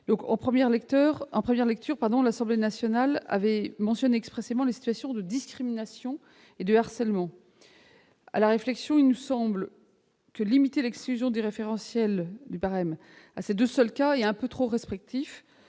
En première lecture, l'Assemblée nationale avait mentionné expressément les situations de discrimination et de harcèlement. À la réflexion, limiter l'exclusion du référentiel à ces deux seuls cas nous semble un peu trop restrictif.